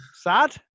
sad